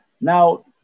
Now